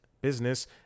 business